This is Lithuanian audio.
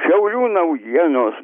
šiaulių naujienos